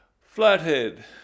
flathead